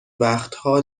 وقتها